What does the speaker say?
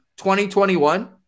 2021